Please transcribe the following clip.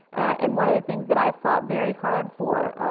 and one of the things that i fought very hard for,